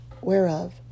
whereof